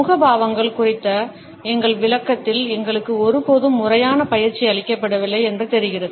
முகபாவங்கள் குறித்த எங்கள் விளக்கத்தில் எங்களுக்கு ஒருபோதும் முறையான பயிற்சி அளிக்கப்படவில்லை என்று தெரிகிறது